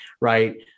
Right